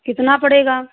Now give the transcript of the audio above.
कितना पड़ेगा